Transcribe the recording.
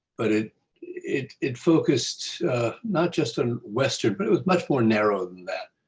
but it it it focused not just on western, but it was much more narrow than that